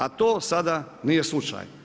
A to sada nije slučaj.